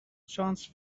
chance